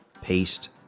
paste